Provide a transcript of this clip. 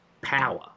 power